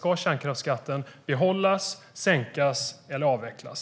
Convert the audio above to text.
Ska kärnkraftsskatten behållas, sänkas eller avvecklas?